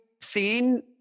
seen